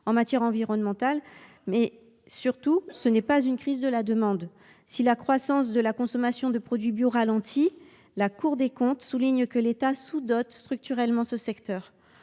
en matière environnementale. Surtout, ce n’est pas une crise de la demande. Si la croissance de la consommation de produits bio ralentit, la Cour des comptes souligne une sous dotation structurelle de ce secteur